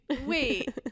wait